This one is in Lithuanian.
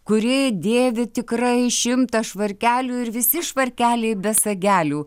kuri dėvi tikrai šimtą švarkelių ir visi švarkeliai be sagelių